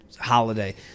holiday